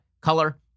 color